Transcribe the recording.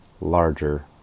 larger